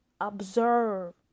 observe